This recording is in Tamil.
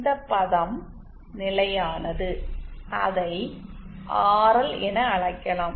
இந்த பதம் நிலையானது அதை ஆர்எல் என அழைக்கலாம்